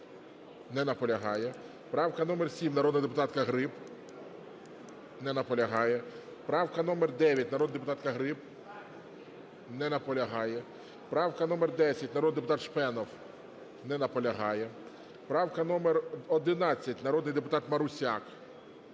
Не наполягає. Правка номер 7, народна депутатка Гриб. Не наполягає. Правка номер 9, народна депутатка Гриб. Не наполягає. Правка номер 10, народний депутат Шпенов. Не наполягає. Правка номер 11, народний депутат Марусяк.